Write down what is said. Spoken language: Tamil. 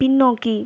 பின்னோக்கி